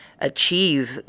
achieve